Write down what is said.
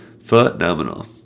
phenomenal